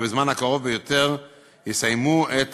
ובזמן הקרוב ביותר יסיימו את